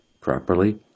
Properly